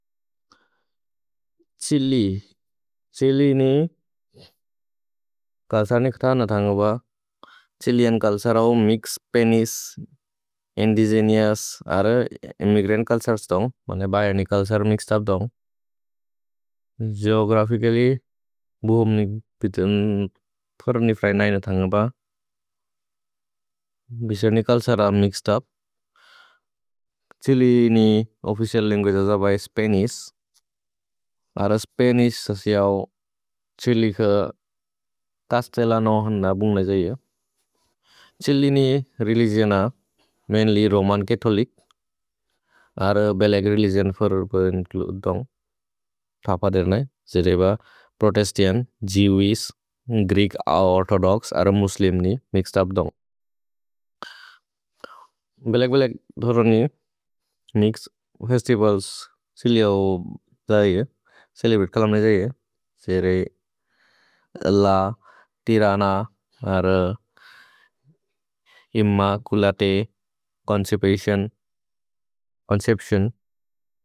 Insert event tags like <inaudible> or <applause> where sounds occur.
Chile Chile नि <hesitation> कल्सर् ने क्थ न थन्ग ब छिल्लिअन् कल्सर् औ मिक्स् स्पनिश्। <hesitation> इन्दिगेनेओउस् अर्र इम्मिग्रन्त् कल्सर् स्तोन्ग् बन्दे बयनि कल्सर् मिक्सेद् उप् स्तोन्ग्। <hesitation> गेओग्रफिचल्ल्य् बुहोम् ने <hesitation> बितेन् थोरम् ने फ्रय् न थन्ग ब <hesitation> बिशेर्नि कल्सर् औ मिक्सेद् उप्। <hesitation> छ्हिल्लि नि ओफ्फिचिअल् लन्गुअगे अज बए स्पनिश् <hesitation> अर्र स्पनिश् स सियौ। छ्हिल्लि क तस्तेल नोहन् न बुन्ग जये छिल्लि नि रेलिगिओन् अ <hesitation> मैन्ल्य् रोमन् चथोलिच् अर्र। <hesitation> भेलेग् रेलिगिओन् फरो इन्च्लुदे स्तोन्ग् थप देर्न जे रेब प्रोतेस्तन्त्। जेविश्, ग्रीक्, <hesitation> ओर्थोदोक्स् अर्र मुस्लिम् नि मिक्सेद् उप् स्तोन्ग्। <hesitation> भेलेग्-बेलेग् <hesitation> थोरम् ने मिक्स् फेस्तिवल्स् छिल्लि औ जये <hesitation> छिल्लि बित् कलम् ने जये छिल्लि ल तिरन <hesitation> इम्मचुलते चोन्चेप्तिओन् चोन्चेप्तिओन्।